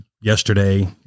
yesterday